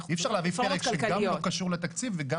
אי אפשר להביא פרק שגם לא קשור לתקציב וגם